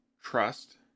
trust